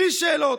בלי שאלות.